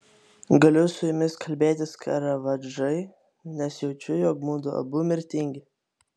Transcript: galiu su jumis kalbėtis karavadžai nes jaučiu jog mudu abu mirtingi